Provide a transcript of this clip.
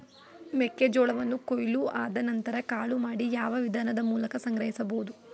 ಮೆಕ್ಕೆ ಜೋಳವನ್ನು ಕೊಯ್ಲು ಆದ ನಂತರ ಕಾಳು ಮಾಡಿ ಯಾವ ವಿಧಾನದ ಮೂಲಕ ಸಂಗ್ರಹಿಸಬಹುದು?